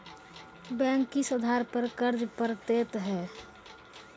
Bank किस आधार पर कर्ज पड़तैत हैं?